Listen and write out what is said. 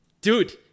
dude